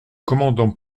commandant